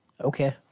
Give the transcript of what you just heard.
Okay